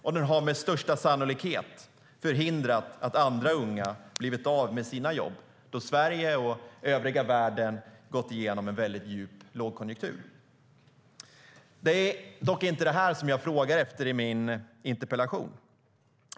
Och den förhindrade med största sannolikhet att andra unga blev av med sina jobb då Sverige och övriga världen gick igenom en djup lågkonjunktur. Det är dock inte det som jag frågar efter i min interpellation.